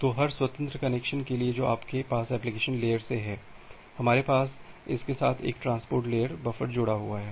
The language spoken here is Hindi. तो हर स्वतंत्र कनेक्शन के लिए जो आपके पास एप्लिकेशन लेयर से है हमारे पास इसके साथ एक ट्रांसपोर्ट लेयर बफर जुड़ा हुआ है